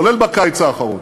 כולל בקיץ האחרון,